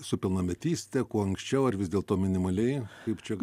su pilnametyste kuo anksčiau ar vis dėlto minimaliai kaip čia